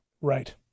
Right